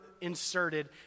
inserted